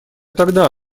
тогда